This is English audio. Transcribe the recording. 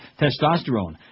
testosterone